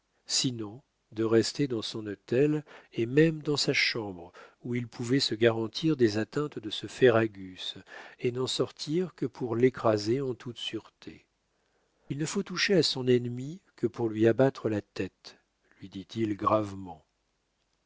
sinon de rester dans son hôtel et même dans sa chambre où il pouvait se garantir des atteintes de ce ferragus et n'en sortir que pour l'écraser en toute sûreté il ne faut toucher à son ennemi que pour lui abattre la tête lui dit-il gravement